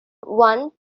one